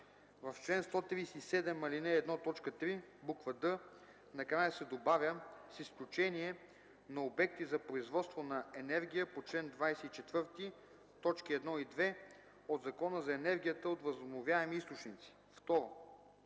ал. 1, т. 3, буква „д” накрая се добавя „с изключение на обекти за производство на енергия по чл. 24, точки 1 и 2 от Закона за енергията от възобновяеми източници”.